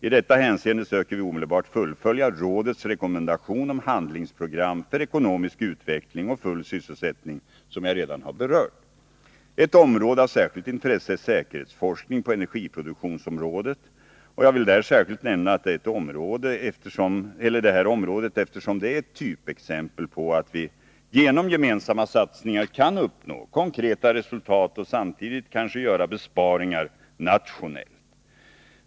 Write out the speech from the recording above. I detta hänseende söker vi omedelbart fullfölja rådets rekommendation om handlingsprogram för ekonomisk utveckling och full sysselsättning som jag redan berört. Ett område av speciellt intresse är säkerhetsforskning på energiproduktionsområdet. Jag vill särskilt nämna detta område, eftersom det är ett typexempel på att vi genom gemensamma satsningar kan uppnå konkreta resultat och samtidigt kanske göra besparingar nationellt.